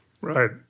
Right